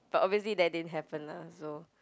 but obviously that didn't happen lah so